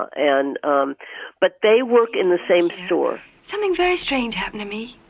and um but they work in the same store something very strange happened to me.